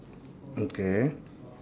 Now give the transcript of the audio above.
okay